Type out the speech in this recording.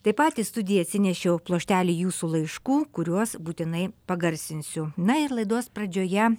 taip pat į studiją atsinešiau pluoštelį jūsų laiškų kuriuos būtinai pagarsinsiu na ir laidos pradžioje